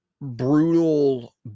brutal